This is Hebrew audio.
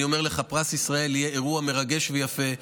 אני אומר לך, פרס ישראל יהיה אירוע מרגש ויפה.